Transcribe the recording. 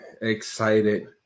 excited